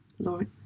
Lord